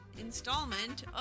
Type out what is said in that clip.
installment